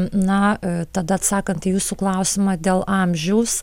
na tada atsakant į jūsų klausimą dėl amžiaus